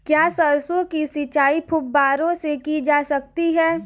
क्या सरसों की सिंचाई फुब्बारों से की जा सकती है?